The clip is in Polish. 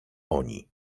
oni